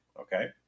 okay